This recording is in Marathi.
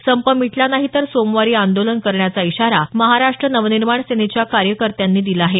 संप मिटला नाही तर सोमवारी आंदोलन करण्याचा इशारा महाराष्ट्र नवनिर्माण सेनेच्या कार्यकर्त्यांनी दिला आहे